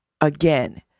again